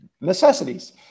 necessities